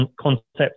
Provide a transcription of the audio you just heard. concept